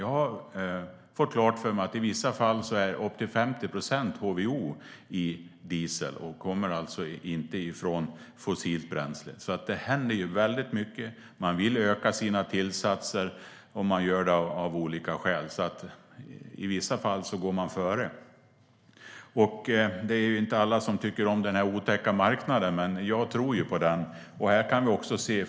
Jag har fått klart för mig att det i vissa fall är upp till 50 procent HVO i diesel, och det kommer alltså inte från fossilt bränsle. Det händer mycket, man vill öka sina tillsatser och man gör det av olika skäl. I vissa fall går man före. Det är inte alla som tycker om den här otäcka marknaden, men jag tror på den.